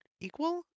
equal